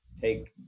take